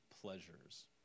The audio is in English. pleasures